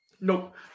nope